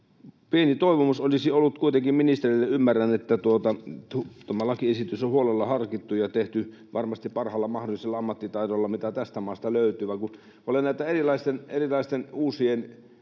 Pieni toivomus olisi ollut kuitenkin ministerille. Ymmärrän, että tämä lakiesitys on huolella harkittu ja tehty varmasti parhaalla mahdollisella ammattitaidolla, mitä tästä maasta löytyy, mutta kun olen näitä erilaisten uusien